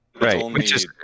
Right